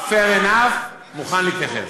enough fair, מוכן להתייחס.